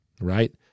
right